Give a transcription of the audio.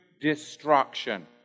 destruction